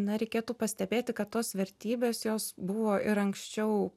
na reikėtų pastebėti kad tos vertybės jos buvo ir anksčiau